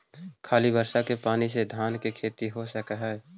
खाली बर्षा के पानी से धान के खेती हो सक हइ?